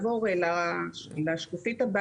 סליחה, זה החוק עצמו?